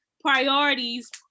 priorities